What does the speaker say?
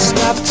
Stop